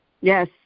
Yes